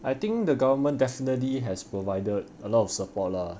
I think the government definitely has provided a lot of support lah